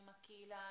עם הקהילה,